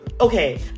Okay